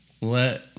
Let